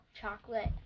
chocolate